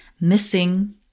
missing